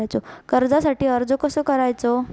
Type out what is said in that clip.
कर्जासाठी अर्ज कसो करायचो?